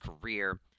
career